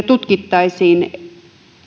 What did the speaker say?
tutkittaisiin